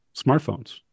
smartphones